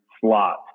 slot